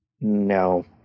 No